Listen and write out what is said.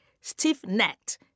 stiff-necked